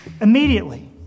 immediately